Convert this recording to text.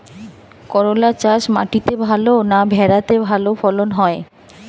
করলা চাষ মাটিতে ভালো না ভেরাতে ভালো ফলন হয়?